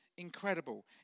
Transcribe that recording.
Incredible